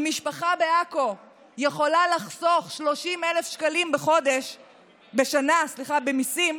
אם משפחה מעכו יכולה לחסוך 30,000 שקלים בשנה במיסים,